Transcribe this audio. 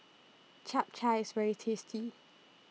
Chap Chai IS very tasty